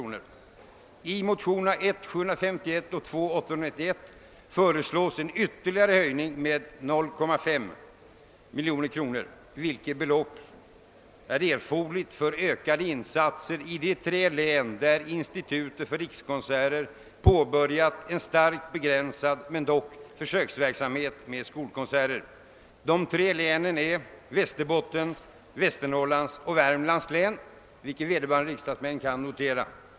I motionerna I: 751 och II: 891 föreslås en ytterligare höjning med 0,5 miljoner, vilket belopp är erforderligt för ökade insatser i de tre län där Institutet för rikskonserter har påbörjat en starkt begränsad men dock betydelsefull försöksverksamhet med skolkonserter. De tre länen är Västerbottens, Västernorrlands och Värmlands län, vilket vederbörande riksdagsledamöter kan notera.